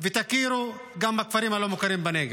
ותכירו גם בכפרים הלא-מוכרים בנגב.